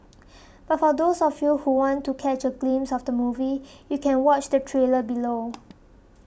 but for those of you who want to catch a glimpse of the movie you can watch the trailer below